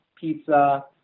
pizza